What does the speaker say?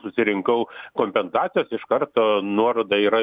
susirinkau kompensacijos iš karto nuoroda yra